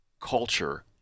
culture